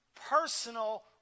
personal